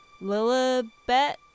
Lilibet